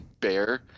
bear